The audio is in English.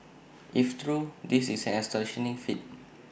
if true this is an astonishing feat